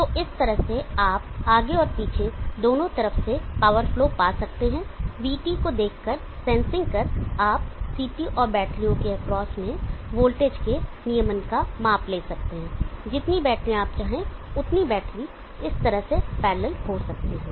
तो इस तरह से आप आगे और पीछे दोनों तरफ से पावर फ्लो पा सकते हैं VT को देख कर सेंसिंग कर आप CT और बैटरियों के एक्रॉस में वोल्टेज के नियमन का माप ले सकते हैं जितनी बैटरी आप चाहें उतनी बैटरी इस तरह से पैरलल हो सकती हैं